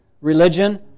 religion